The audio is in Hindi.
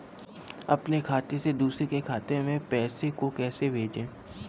अपने खाते से दूसरे के खाते में पैसे को कैसे भेजे?